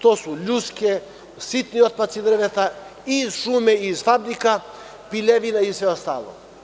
To su ljuske, sitni otpaci drveta iz šume, iz fabrika, piljevina i sve ostalo.